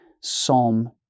Psalm